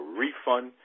refund